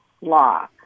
law